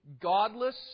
godless